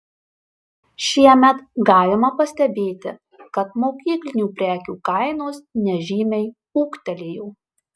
šiemet galima pastebėti kad mokyklinių prekių kainos nežymiai ūgtelėjo